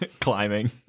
Climbing